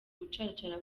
gucaracara